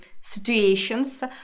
situations